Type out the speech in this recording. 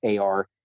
AR